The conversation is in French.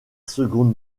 seconde